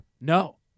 no